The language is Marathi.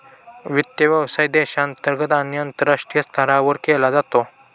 वित्त व्यवसाय देशांतर्गत आणि आंतरराष्ट्रीय स्तरावर केला जातो